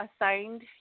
assigned